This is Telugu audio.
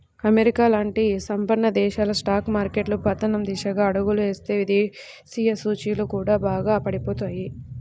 అమెరికా లాంటి సంపన్న దేశాల స్టాక్ మార్కెట్లు పతనం దిశగా అడుగులు వేస్తే దేశీయ సూచీలు కూడా బాగా పడిపోతాయి